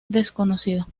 desconocido